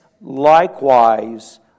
likewise